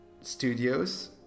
studios